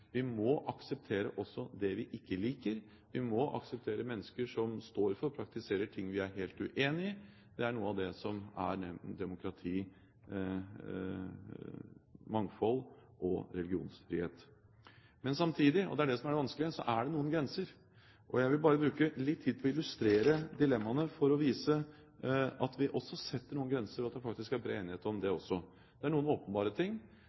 Vi må akseptere også det vi ikke liker. Vi må akseptere mennesker som står for og praktiserer ting vi er helt uenig i. Det er noe av det som er demokrati, mangfold og religionsfrihet. Men samtidig, og det er det som er det vanskelige, er det noen grenser. Jeg vil bare bruke litt tid på å illustrere dilemmaene, for å vise at vi også setter noen grenser, og at det faktisk er bred enighet om det også. Det er noen åpenbare ting.